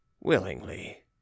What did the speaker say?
Willingly